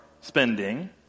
spending